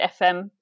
FM